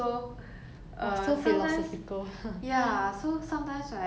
when 我们要做一件坏事 like in this case taking the I pad